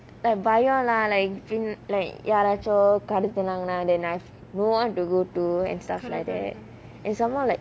like பயல:payala like in like யாராச்சு கடத்துனாங்கன்னா:yaarachu kadathunangana then I've no one to go to and stuff like that and some more like